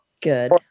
Good